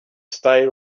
stay